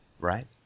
right